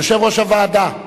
יושב-ראש הוועדה,